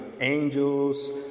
angels